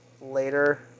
later